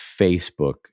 Facebook